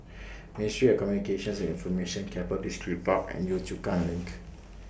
Ministry of Communications and Information Keppel Distripark and Yio Chu Kang LINK